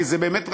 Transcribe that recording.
כי זה באמת רחוק,